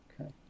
okay